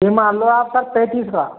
यह मान लो आप सर पैंतीस का